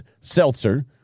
seltzer